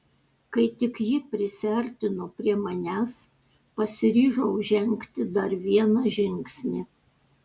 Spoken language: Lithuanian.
kai tik ji prisiartino prie manęs pasiryžau žengti dar vieną žingsnį